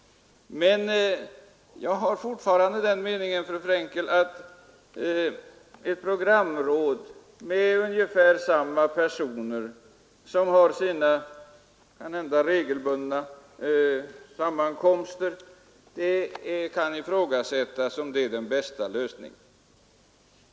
Men jag har fortfarande den meningen, fru Frankel, att det kan ifrågasättas, om den bästa lösningen är tillsättandet av ett programråd med ungefär samma personer som har sina kanhända regelbundna sammankomster.